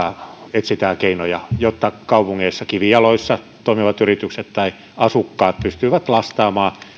etsitään keinoja jotta kaupungeissa kivijaloissa toimivat yritykset ja asukkaat pystyvät lastaamaan